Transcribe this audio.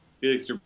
Felix